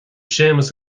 séamus